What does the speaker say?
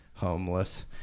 homeless